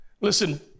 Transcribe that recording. Listen